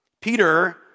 Peter